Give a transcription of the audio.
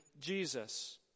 Jesus